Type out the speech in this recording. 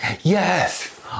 Yes